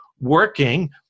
working